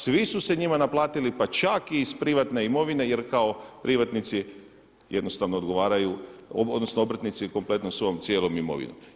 Svi su se njima naplatili pa čak i iz privatne imovine jer kao privatnici jednostavno odgovaraju, odnosno obrtnici kompletno svojom cijelom imovinom.